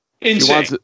Insane